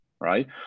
right